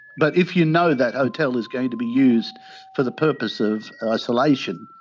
but if you know that hotel is going to be used for the purpose of isolation,